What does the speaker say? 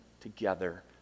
together